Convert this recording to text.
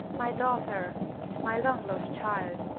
my daughter my long lost child!